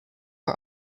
are